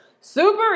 super